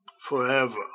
forever